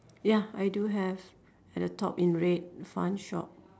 ya I do have at the top in red fun shop